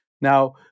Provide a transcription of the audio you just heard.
Now